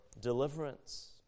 deliverance